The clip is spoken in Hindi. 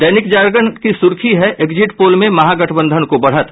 दैनिक जागरण की सुर्खी है एग्जिट पोल में महागठबंधन को बढ़त